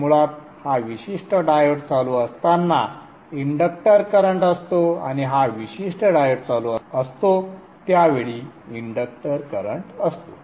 ते मुळात हा विशिष्ट डायोड चालू असताना इंडक्टर करंट असतो किंवा हा विशिष्ट डायोड चालू असतो त्या वेळी इंडक्टर करंट असतो